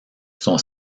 son